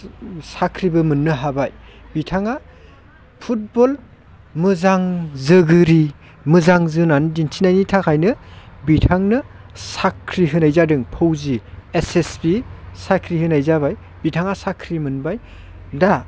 साख्रिबो मोननो हाबाय बिथाङा फुटबल मोजां जोगिरि मोजां जोनानै दिन्थिनायनि थाखायनो बिथांनो साख्रि होनाय जादों फौजि एस एस बि साख्रि होनाय जाबाय बिथाङा साख्रि मोनबाय दा